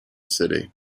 city